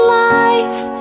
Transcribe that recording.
life